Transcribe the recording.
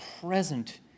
present